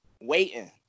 waiting